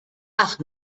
ach